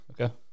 Okay